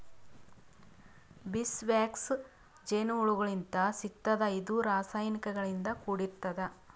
bees wax ಜೇನಹುಳಗೋಳಿಂತ್ ಸಿಗ್ತದ್ ಇದು ರಾಸಾಯನಿಕ್ ಗಳಿಂದ್ ಕೂಡಿರ್ತದ